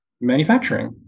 manufacturing